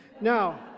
Now